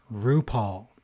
RuPaul